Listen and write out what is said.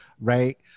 Right